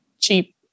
cheap